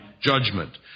judgment